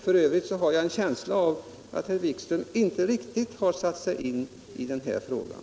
F. ö. har jag en känsla av att herr Wikström inte riktigt har satt sig in i den här frågan.